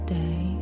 day